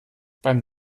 beim